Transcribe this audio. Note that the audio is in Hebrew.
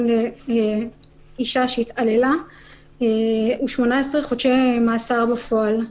לאישה שהתעללה הוא 18 חודשי מאסר בפועל.